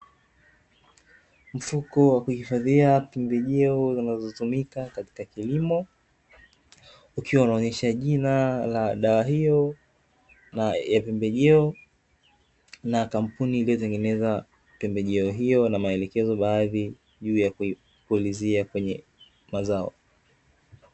Mfuko wa kuhifadhia pembejeo zinazotumika katika kilimo ukiwa unaonyesha jina la dawa hiyo ya pembejeo na kampuni iliyotengeneza pembejeo hiyo, na maelekezo baadhi juu ya kupulizia kwenye mazao.